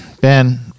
Ben